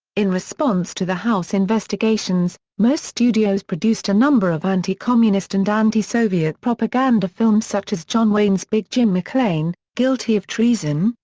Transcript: in response to the house investigations, most studios produced a number of anti-communist and anti-soviet propaganda films such as john wayne's big jim mclain, guilty of treason,